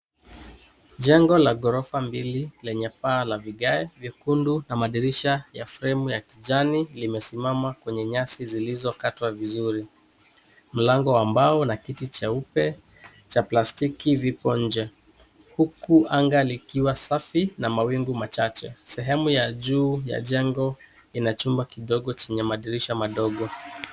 Jengo la ghorofa mbili lenye paa la vigae vyekundu, na madirisha ya fremu ya kijani limesimama kwenye nyasi zilizokatwa vizuri. Mlango wa mbao na kiti cheupe cha plastiki vipo nje. Huku anga likiwa safi na mawingu machache. Sehemu ya juu ya jengo, ina chumba kidogo chenye madirisha madogo.